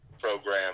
program